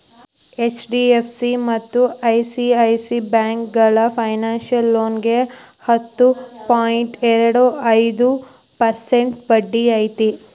HDFC ಮತ್ತ ICICI ಬ್ಯಾಂಕೋಳಗ personal ಲೋನಿಗಿ ಹತ್ತು ಪಾಯಿಂಟ್ ಎರಡು ಐದು ಪರ್ಸೆಂಟ್ ಬಡ್ಡಿ ಐತಿ